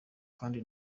kandi